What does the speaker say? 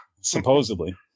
supposedly